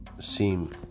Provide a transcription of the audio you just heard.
seem